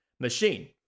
machine